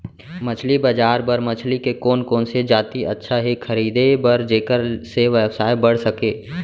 मछली बजार बर मछली के कोन कोन से जाति अच्छा हे खरीदे बर जेकर से व्यवसाय बढ़ सके?